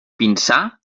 pinsà